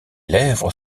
lèvres